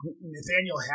Nathaniel